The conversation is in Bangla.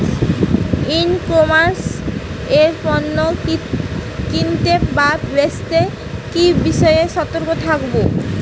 ই কমার্স এ পণ্য কিনতে বা বেচতে কি বিষয়ে সতর্ক থাকব?